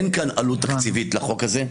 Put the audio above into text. אין עלות תקציבית לחוק הזה.